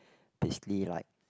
basically like